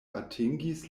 atingis